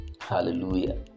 Hallelujah